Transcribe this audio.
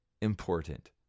important